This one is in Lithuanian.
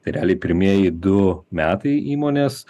realiai pirmieji du metai įmonės